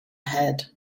head